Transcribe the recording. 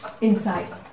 inside